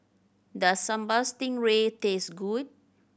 does Sambal Stingray taste good